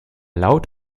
laut